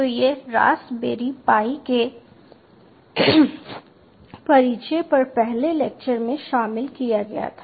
तो यह raspberry pi के परिचय पर पहले लेक्चर में शामिल किया गया था